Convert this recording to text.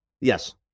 Yes